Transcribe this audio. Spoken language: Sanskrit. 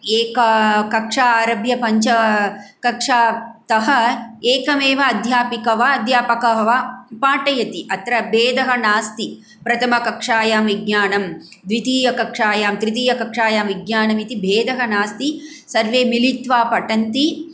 एककक्षा आरभ्य पञ्च कक्षातः एकमेव अध्यापिका वा अध्यापकः वा पाटयति अत्र भेदः नास्ति प्रथमकक्षायां विज्ञानं द्वितीयकक्षायां तृतीयकक्षायां विज्ञानम् इति भेदः नास्ति सर्वे मिलित्वा पठन्ति